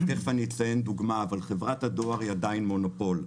תכף אני אציין דוגמה אבל חברת הדואר היא עדיין מונופול.